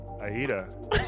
Aida